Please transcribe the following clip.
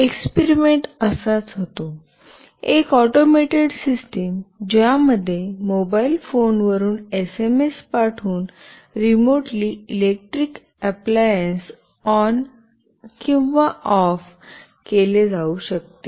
experiment असाच होतो एक ऑटोमेटेड सिस्टम ज्यामध्ये मोबाइल फोनवरून एसएमएस पाठवून रिमोटली इलेक्ट्रिक अँप्लिअन्स ऑन किंवा ऑफ केले जाऊ शकते